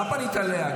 אבל אתה פנית אליה,